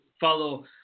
follow